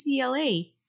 UCLA